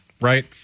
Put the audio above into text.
Right